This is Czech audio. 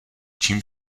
čím